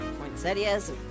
Poinsettias